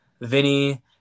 vinny